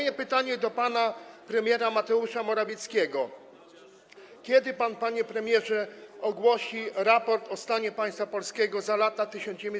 I pytanie do pana premiera Mateusza Morawieckiego: Kiedy pan, panie premierze, ogłosi raport o stanie państwa polskiego za lata 1989–2018?